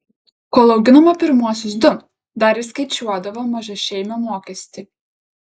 kol auginome pirmuosius du dar išskaičiuodavo mažašeimio mokestį